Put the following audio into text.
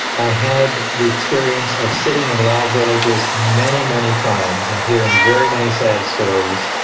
i had the experience of sitting in lao villages many, many times and hearing very many sad stories.